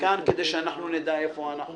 כדי שאנחנו נדע איפה אנחנו